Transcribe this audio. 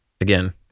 Again